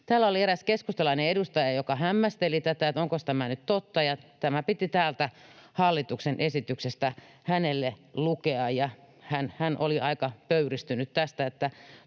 Täällä oli eräs keskustalainen edustaja, joka hämmästeli tätä, että onkos tämä nyt totta, ja tämä piti täältä hallituksen esityksestä hänelle lukea, ja hän oli aika pöyristynyt tästä.